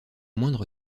moindre